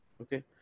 okay